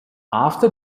after